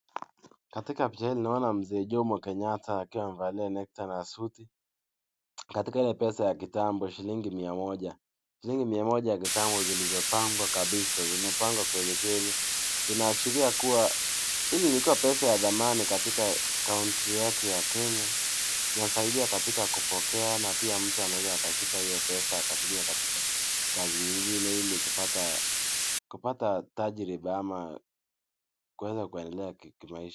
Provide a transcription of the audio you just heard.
Katika picha hili naona mzee Jomo Kenyatta akiwa amevalia nekta na suti. Katika ile pesa ya kitambo shilingi mia moja. Shilingi mia moja ya kitambo zimepangwa kabisa. Zinapangwa kweli kweli. Zinaashiria kuwa hii ilikuwa pesa ya dhamani katika country yetu ya Kenya inasaidia katika kupokea na pia mtu anaweza akashika hiyo pesa akatumia katika kazi nyingine ili kupata kupata tajiriba ama kuweza kuendelea kimaisha.